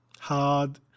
hard